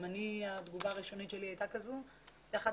גם התגובה הראשונית שלי הייתה כזאת אבל יחד